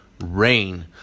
rain